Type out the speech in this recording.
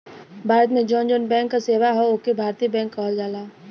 भारत में जौन जौन बैंक क सेवा हौ ओके भारतीय बैंक कहल जाला